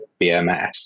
BMS